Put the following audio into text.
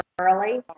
early